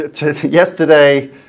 yesterday